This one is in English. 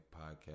Podcast